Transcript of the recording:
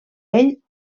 ell